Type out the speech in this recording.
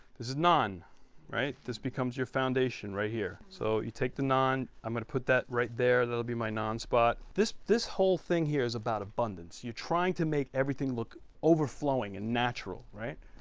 this is naan right? this becomes your foundation right here so you take the naan i'm gonna put that right there that'll be my naan spot. this this whole thing here is about abundance you're trying to make everything look overflowing and natural right.